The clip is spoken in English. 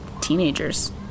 teenagers